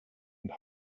and